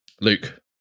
luke